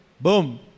Boom